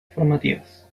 formativas